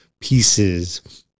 pieces